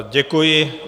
Děkuji.